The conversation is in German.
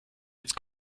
jetzt